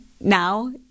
now